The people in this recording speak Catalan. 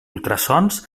ultrasons